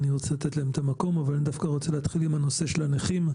אני רוצה להתחיל עם הנושא של הנכים,